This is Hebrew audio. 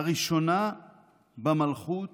הראשונה במלכות